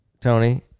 Tony